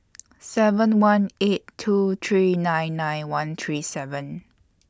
seven one eight two three nine nine one three seven